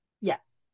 Yes